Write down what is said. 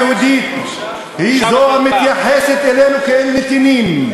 המדינה היהודית היא המתייחסת אלינו כאל נתינים,